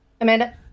Amanda